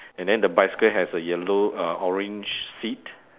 and then the bicycle has a yellow err orange seat